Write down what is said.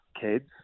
kids